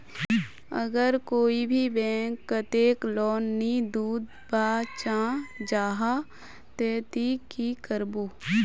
अगर कोई भी बैंक कतेक लोन नी दूध बा चाँ जाहा ते ती की करबो?